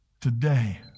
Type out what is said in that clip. today